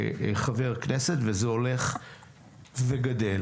חבר כנסת, וזה הולך וגדל.